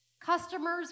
customers